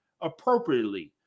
appropriately